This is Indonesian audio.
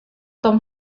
tom